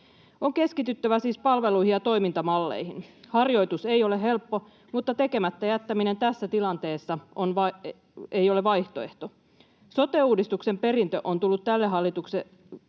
On keskityttävä siis palveluihin ja toimintamalleihin. Harjoitus ei ole helppo, mutta tekemättä jättäminen tässä tilanteessa ei ole vaihtoehto. Sote-uudistuksen perintö on tullut tälle hallitukselle